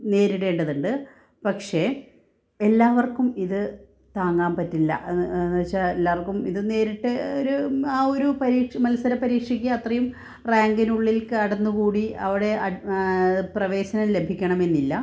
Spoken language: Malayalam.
നേരിടേണ്ടതുണ്ട് പക്ഷേ എല്ലാവര്ക്കും ഇത് താങ്ങാന് പറ്റില്ല എ എന്നു വെച്ചാൽ എല്ലാവര്ക്കു ഇത് നേരിട്ട് ഒരു ആ ഒരു പരീക്ഷ മത്സര പരീക്ഷയ്ക്ക് അത്രയും റാങ്കിനുള്ളില് കടന്നുകൂടി അവിടെ അഡ്മിഷൻ പ്രവേശനം ലഭിക്കണമെന്നില്ല